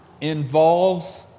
involves